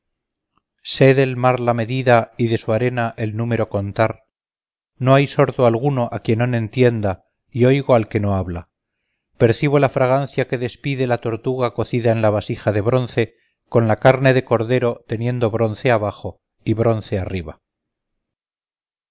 sé del mar la medida y de su arena el número contar no hay sordo alguno a quien no entienda y oigo al que no habla percibo el olor que despide la tortuga cocida en vasija de bronce con la carne de cordero con bronce abajo y bronce arriba